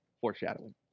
Foreshadowing